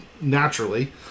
naturally